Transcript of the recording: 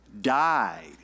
died